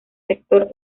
sector